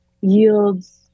yields